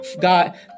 God